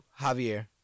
Javier